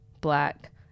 black